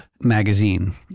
magazine